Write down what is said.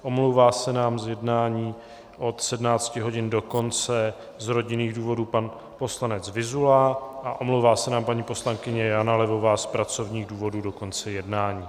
Omlouvá se nám z jednání od 17 hodin do konce z rodinných důvodů pan poslanec Vyzula a omlouvá se nám paní poslankyně Jana Levová z pracovních důvodů do konce jednání.